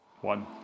one